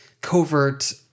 covert